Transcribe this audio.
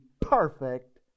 perfect